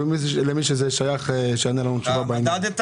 הקרטון